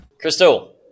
Crystal